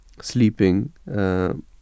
sleeping